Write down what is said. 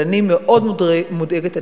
אבל אני מאוד מודאגת,